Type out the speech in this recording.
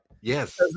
Yes